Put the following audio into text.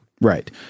Right